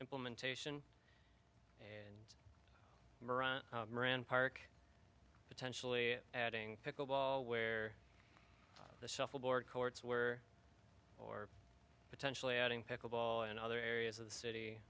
implementation moran park potentially adding pickle ball where the shuffleboard courts were or potentially adding pickle ball and other areas of the city